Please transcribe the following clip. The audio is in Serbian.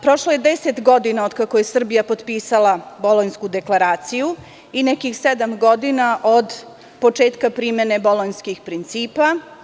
Prošlo je 10 godine od kako je Srbija potpisala Bolonjsku deklaraciju i nekih sedam godina od početka primene bolonjskih principa.